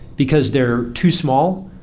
because they're too small,